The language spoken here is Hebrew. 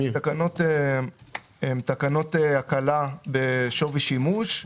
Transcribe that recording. התקנות הן תקנות הקלה בשווי שימוש.